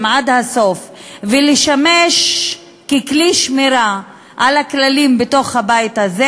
עד הסוף ולשמש ככלי שמירה על הכללים בתוך הבית הזה,